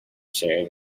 shared